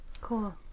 cool